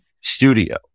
studio